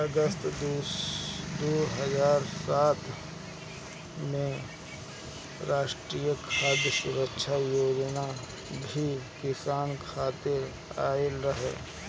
अगस्त दू हज़ार सात में राष्ट्रीय खाद्य सुरक्षा योजना भी किसान खातिर आइल रहे